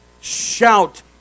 shout